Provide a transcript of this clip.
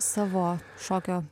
savo šokio